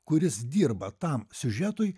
kuris dirba tam siužetui